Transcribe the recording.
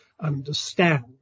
understand